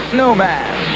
Snowman